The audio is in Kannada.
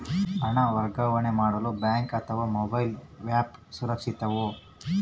ಹಣ ವರ್ಗಾವಣೆ ಮಾಡಲು ಬ್ಯಾಂಕ್ ಅಥವಾ ಮೋಬೈಲ್ ಆ್ಯಪ್ ಸುರಕ್ಷಿತವೋ?